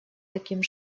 таким